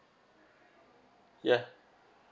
ya